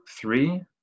three